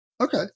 Okay